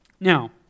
Now